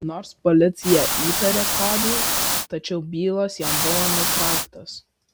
nors policija įtarė kodį tačiau bylos jam buvo nutrauktos